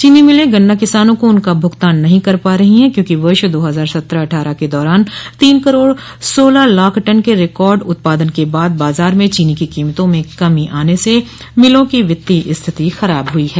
चीनी मिले गन्ना किसानों को उनका भुगतान नहीं कर पा रही है क्योंकि वर्ष दो हजार सत्रह अट्ठारह के दौरान तीन करोड़ सोलह लाख टन के रिकार्ड उत्पादन के बाद बाजार में चीनी की कीमतों में कमी आने से मिलो की वित्तीय स्थिति खराब हुई ह